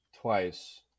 twice